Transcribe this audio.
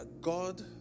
God